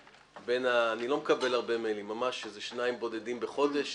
אני לא מקבל הרבה מיילים, שניים בודדים בחודש,